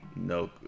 No